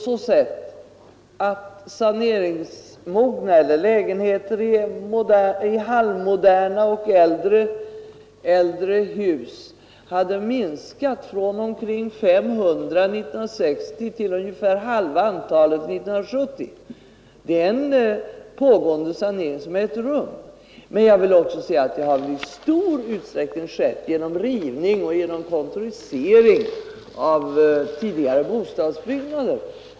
Antalet saneringsmogna lägenheter, lägenheter i halvmoderna och äldre hus, hade minskat från omkring 500 år 1960 till ungefär halva antalet år 1970. Det är en sanering som har ägt rum. Men jag vill också säga att det i stor utsträckning skett genom rivning och kontorisering av tidigare bostadsbyggnader.